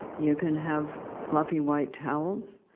you can have fluffy white towels.